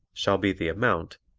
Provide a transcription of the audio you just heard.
shall be the amount,